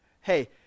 Hey